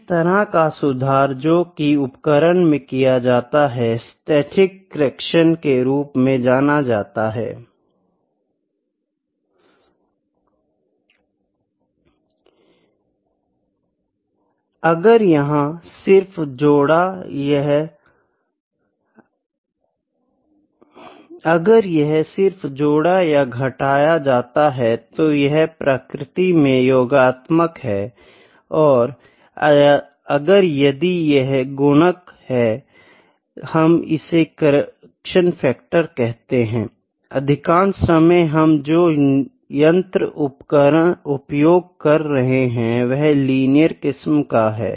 इस तरह का सुधार जो की उपकरण में किया गया है स्थैतिक करेक्शन के रूप में जाना जाता है अगर यह सिर्फ जोड़ा या घटाया जाता है तो यह प्रकृति में योगात्मक है और अगर यदि यह गुणक है हम इसे करेक्शन फैक्टर कहते हैं अधिकांश समय हम जो यंत्र उपयोग कर रहे हैं वह लीनियर किस्म का हैं